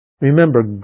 Remember